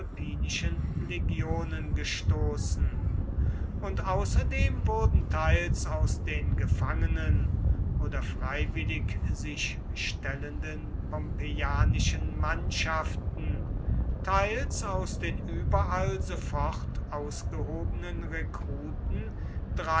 transalpinischen legionen gestoßen und außerdem wurden teils aus den gefangenen oder freiwillig sich stellenden pompeianischen mannschaften teils aus den überall sofort ausgehobenen rekruten